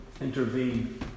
intervene